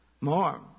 more